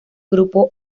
grupo